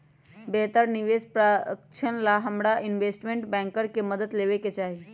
बेहतर निवेश प्रधारक्षण ला हमरा इनवेस्टमेंट बैंकर के मदद लेवे के चाहि